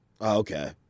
okay